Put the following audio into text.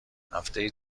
هفتهای